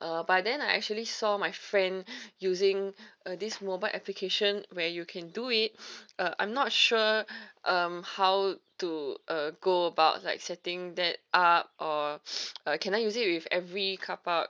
uh but then I actually saw my friend using uh this mobile application where you can do it uh I'm not sure um how to uh go about like setting that up or uh can I use it with every carpark